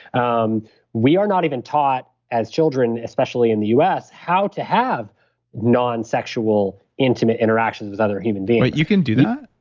um we are not even taught as children, especially in the us how to have nonsexual, intimate interactions with other human beings wait, you can do that?